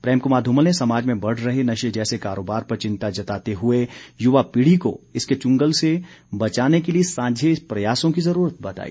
प्रेम कुमार धूमल ने समाज में बढ़ रहे नशे जैसे कारोबार पर चिता जताते हुए युवा पीढ़ी को इसके चंगुल से बचाने के लिए सांझे प्रयासों की जरूरत बताई